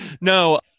no